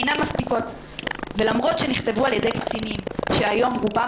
אינן מספיקות ולמרות שנכתבו על ידי קצינים שהיום רובם